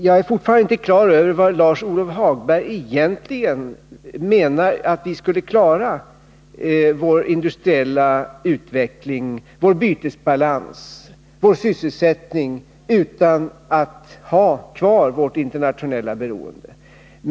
Jag är fortfarande inte på det klara med hur Lars-Ove Hagberg menar att vi skulle kunna klara vår industriella utveckling, vår bytesbalans och vår sysselsättning utan att ha kvar det internationella beroendet.